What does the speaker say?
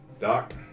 Doc